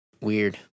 weird